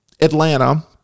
Atlanta